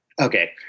okay